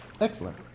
Excellent